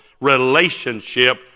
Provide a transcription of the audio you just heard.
relationship